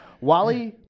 Wally